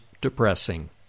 depressing